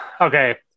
okay